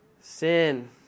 Sin